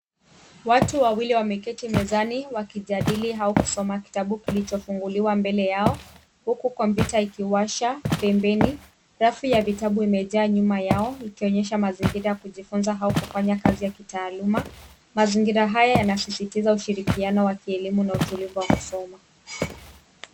Watu wawili wameketi mezani, wakijadili au kusoma kitabu kilichofunguliwa mbele yao, huku kompyuta ikiwasha pembeni. Rafu ya vitabu imejaa nyuma yao ikionyesha mazingira ya kujifunza au kufanya kazi ya kitaaluma. Mazingira haya yanasisitiza ushirikiano wa kielimu na utulivu wa kusoma.